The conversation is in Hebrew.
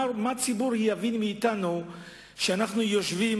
מה הציבור יבין מאתנו כאשר אנחנו יושבים